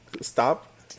Stop